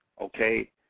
okay